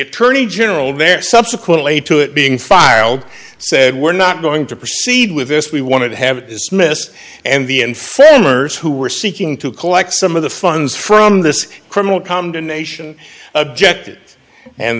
attorney general there subsequently to it being filed said we're not going to proceed with this we wanted to have dismissed and the end famers who were seeking to collect some of the funds from this criminal combination objected and